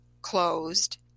closed